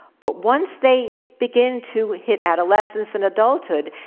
but once they begin to hit adolescence and adulthood,